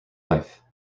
life